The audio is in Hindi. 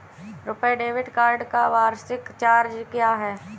रुपे डेबिट कार्ड का वार्षिक चार्ज क्या है?